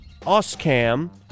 Oscam